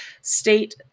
state